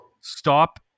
Stop